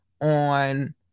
on